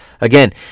again